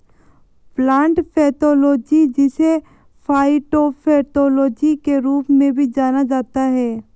plant pathology जिसे phytopathology के रूप में भी जाना जाता है